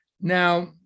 now